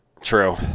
True